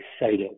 excited